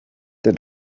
the